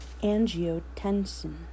Angiotensin